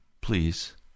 please